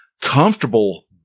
comfortable